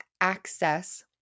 access